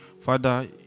father